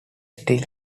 still